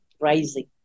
rising